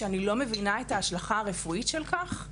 כשאני לא מבינה את ההשלכה הרפואית של כך?